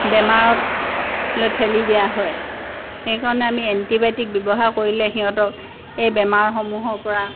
বেমাৰলৈ ঠেলি দিয়া হয় সেইকাৰণে আমি এণ্টিবায়'টিক ব্যৱহাৰ কৰিলে সিহঁতক এই বেমাৰসমূহৰ পৰা